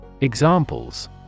Examples